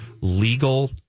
legal